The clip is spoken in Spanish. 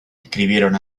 escribieron